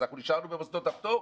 אז נשארנו במוסדות הפטור,